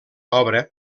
obra